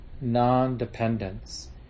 non-dependence